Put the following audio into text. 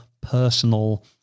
personal